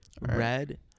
Red